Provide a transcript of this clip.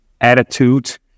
attitude